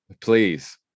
Please